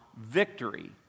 victory